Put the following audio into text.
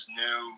new